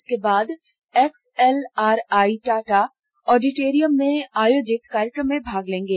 इसके बाद X L R I Tata auditorium में आयोजित कार्यक्रम में भाग लेंगे